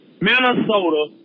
Minnesota